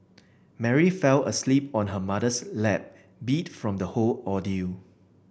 Mary fell asleep on her mother's lap beat from the whole ordeal